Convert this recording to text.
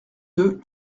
deux